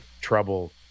trouble